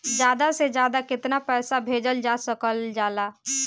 ज्यादा से ज्यादा केताना पैसा भेजल जा सकल जाला?